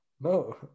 No